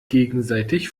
gegenseitig